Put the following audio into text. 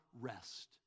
rest